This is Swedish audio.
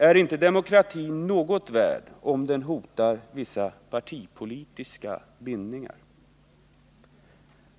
Ärinte demokratin något värd, om den hotar vissa partipolitiska bindningar?